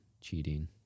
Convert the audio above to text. cheating